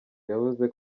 yavuze